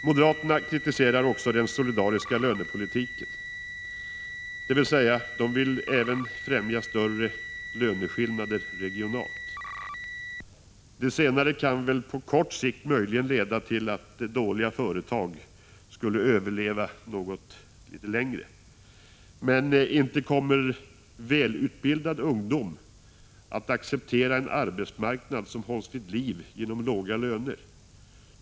Moderaterna kritiserar också den solidariska lönepolitiken, dvs. de vill även främja större löneskillnader regionalt. Det senare kan på kort sikt möjligen leda till att dåliga företag finns kvar litet längre. Men inte kommer välutbildad ungdom att acceptera en arbetsmarknad som hålls vid liv genom låga löner.